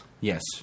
Yes